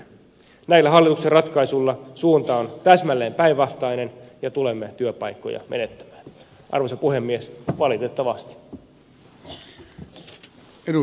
näillä hallituksen ratkaisuilla suunta on täsmälleen päinvastainen ja tulemme työpaikkoja menettämään arvoisa puhemies valitettavasti